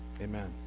Amen